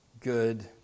good